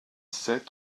sept